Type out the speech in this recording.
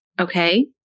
okay